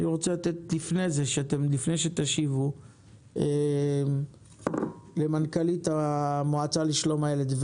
לפני שתשיבו אני מבקש לתת את רשות הדיבור למנכ"לית המועצה לשלום הילד,